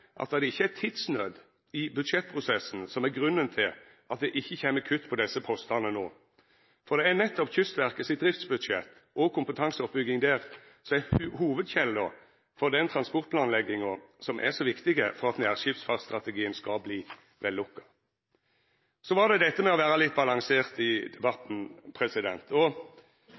at det ikkje er tidsnød i budsjettprosessen som er grunnen til at det ikkje kjem kutt på desse postane no. For det er nettopp driftsbudsjettet til Kystverket og kompetanseoppbygginga der som er hovudkjelda til den transportplanlegginga som er så viktig for at nærskipsfartstrategien skal verta vellukka. Så var det dette med å vera litt balansert i debatten.